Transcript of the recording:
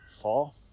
fall